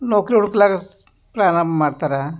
ನೌಕರಿ ಹುಡುಕಲಾಗ ಸ್ ಪ್ರಾರಂಭ ಮಾಡ್ತಾರ